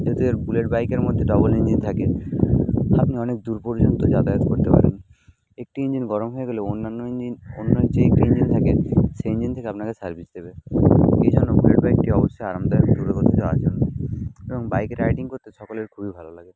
বুলেটের বুলেট বাইকের মধ্যে ডবল ইঞ্জিন থাকে আপনি অনেক দূর পর্যন্ত যাতায়াত করতে পারেন একটি ইঞ্জিন গরম হয়ে গেলেও অন্যান্য ইঞ্জিন অন্য যে ইঞ্জিন থাকে সেই ইঞ্জিন থেকে আপনাকে সার্ভিস দেবে এই জন্য বুলেট বাইকটি অবশ্যই আরামদায়ক দূরে কোথাও যাওয়ার জন্য এবং বাইক রাইডিং করতে সকলের খুবই ভালো লাগে